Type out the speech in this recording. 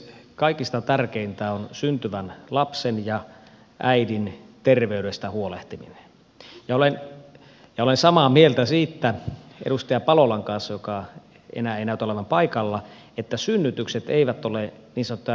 kaikista tärkeintä on syntyvän lapsen ja äidin tervey destä huolehtiminen ja olen samaa mieltä siitä edustaja palolan kanssa joka enää ei näytä olevan paikalla että synnytykset eivät ole niin sanottuja lähipalveluita